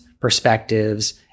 perspectives